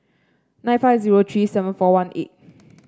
nine five zero three seven four one eight